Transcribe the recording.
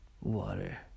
water